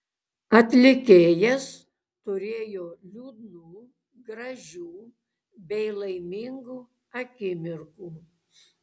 atlikėjas turėjo liūdnų gražių bei laimingų akimirkų